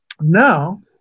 Now